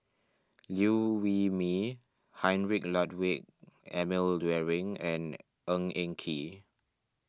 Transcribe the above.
Liew Wee Mee Heinrich Ludwig Emil Luering and Ng Eng Kee